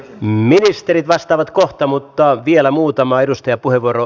ministerit vastaavat kohta mutta vielä muutama edustajapuheenvuoro